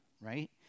right